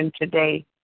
today